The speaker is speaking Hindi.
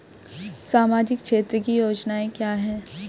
सामाजिक क्षेत्र की योजनाएं क्या हैं?